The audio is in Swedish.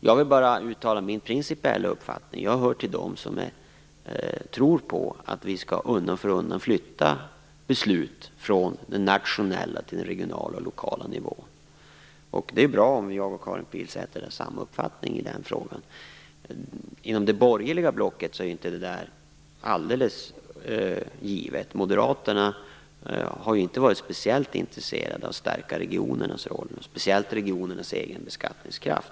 Jag vill bara uttala min principiella uppfattning. Jag hör till dem som tror på att vi undan för undan skall flytta beslut från den nationella till den regionala och lokala nivån. Det är bra om jag och Karin Pilsäter är av samma uppfattning i den frågan. Inom det borgerliga blocket är detta inte alldeles givet. Moderaterna har inte varit speciellt intresserade av att stärka regionernas roll; det gäller särskilt regionernas egen beskattningskraft.